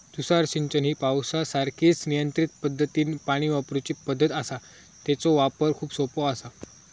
तुषार सिंचन ही पावसासारखीच नियंत्रित पद्धतीनं पाणी वापरूची पद्धत आसा, तेचो वापर खूप सोपो आसा